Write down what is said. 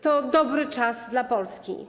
To dobry czas dla Polski.